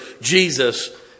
Jesus